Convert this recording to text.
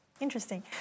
Interesting